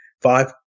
five